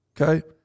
Okay